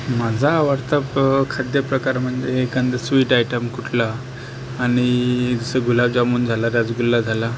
माझा आवडता खाद्यप्रकार म्हणजे एखादं स्वीट आयटम कुठलं आणि जसं गुलाबजामून झालं रसगुल्ला झाला